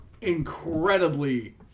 incredibly